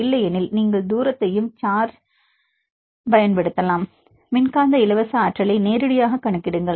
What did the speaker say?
இல்லையெனில் நீங்கள் தூரத்தையும் சார்ஜ் யும் பயன்படுத்தலாம் மின்காந்த இலவச ஆற்றலை நேரடியாகக் கணக்கிடுங்கள்